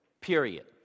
period